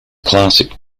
classic